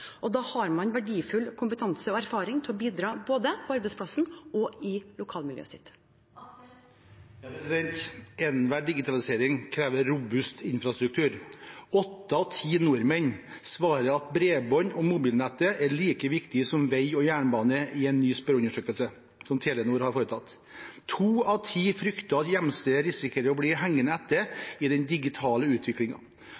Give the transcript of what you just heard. Da har man verdifull kompetanse og erfaring til å bidra både på arbeidsplassen og i lokalmiljøet sitt. Enhver digitalisering krever robust infrastruktur. Åtte av ti nordmenn svarer at bredbånd og mobilnett er like viktig som vei og jernbane i en ny spørreundersøkelse som Telenor har gjennomført. To av ti frykter at hjemstedet risikerer å bli hengende etter